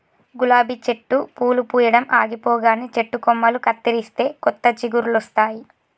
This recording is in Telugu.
గులాబీ చెట్టు పూలు పూయడం ఆగిపోగానే చెట్టు కొమ్మలు కత్తిరిస్తే కొత్త చిగురులొస్తాయి